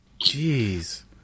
Jeez